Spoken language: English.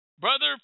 brother